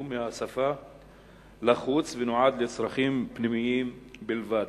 מהשפה ולחוץ ונועד לצרכים פנימיים בלבד.